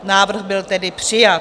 Návrh byl tedy přijat.